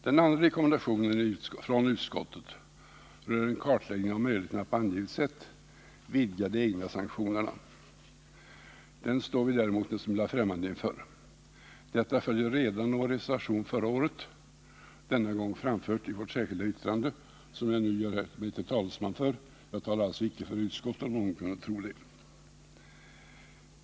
Den andra rekommendationen från utskottet rör en kartläggning av möjligheterna att på angivet sätt vidga de egna sanktionerna. Den står vi däremot en smula främmande inför. Detta följer redan av vår reservation förra året, denna gång framförd i vårt särskilda yttrande, som jag nu gör mig till talesman för — jag talar alltså icke för utskottet, om någon kunnat tro det.